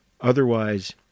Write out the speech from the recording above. Otherwise